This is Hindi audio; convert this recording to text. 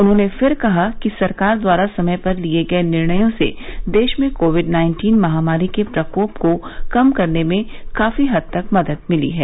उन्होंने फिर कहा कि सरकार द्वारा समय पर लिए गये निर्णयों से देश में कोविड नाइन्टीन महामारी के प्रकोप को कम करने में काफी हद तक मदद मिली है